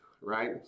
right